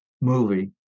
movie